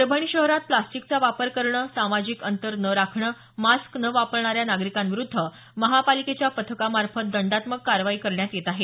परभणी शहरात प्लास्टिकचा वापर करणं सामाजिक अंतर न राखणं मास्क न वापरणाऱ्या नागरिकांविरुद्ध महापालिकेच्या पथकामार्फत दंडात्मक कारवाई करण्यात येत आहे